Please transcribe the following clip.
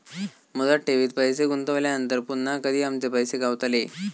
मुदत ठेवीत पैसे गुंतवल्यानंतर पुन्हा कधी आमचे पैसे गावतले?